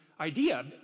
idea